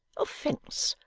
offence?